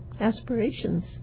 aspirations